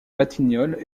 batignolles